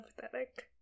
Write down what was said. pathetic